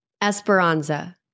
Esperanza